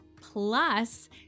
Plus